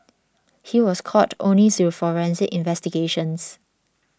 he was caught only through forensic investigations